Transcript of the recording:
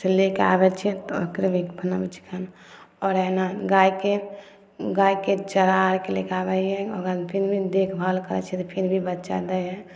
से लेके आबै छै ओकर भी फलना आओर एना गायके गायके चारा आरके लेके आबै हियै ओकर बाद फिर भी देखभाल करै छै तऽ फिर भी बच्चा दै हइ